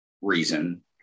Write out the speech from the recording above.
reason